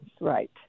right